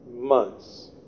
months